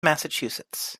massachusetts